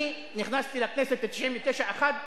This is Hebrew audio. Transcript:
אני נכנסתי לכנסת ב-1999, אחד,